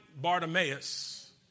Bartimaeus